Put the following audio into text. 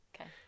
Okay